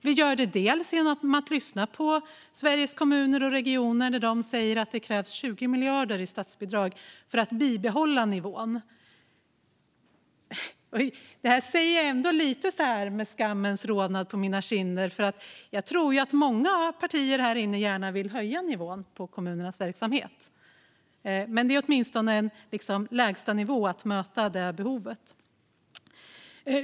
Vi gör det genom att lyssna på Sveriges Kommuner och Regioner när de säger att det behövs 20 miljarder i statsbidrag för bibehålla nivån. Det säger jag ändå med lite av skammens rodnad på mina kinder, för jag tror att många partier här inne vill höja nivån på kommunernas verksamhet. Det är åtminstone en lägstanivå att möta det behovet.